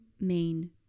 main